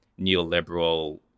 neoliberal